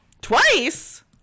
Twice